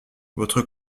votre